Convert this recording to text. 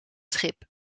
schip